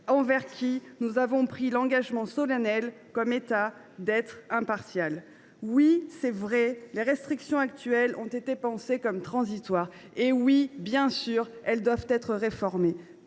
envers qui nous avons pris l’engagement solennel, comme État, d’être impartial. Oui, il est vrai que les restrictions actuelles ont été pensées comme transitoires, et elles doivent bien évidemment être réformées.